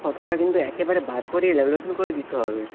ফটোটা কিন্তু একেবারে বার করে ল্যামিনেশন করে দিতে হবে